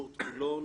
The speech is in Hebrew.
אורט חולון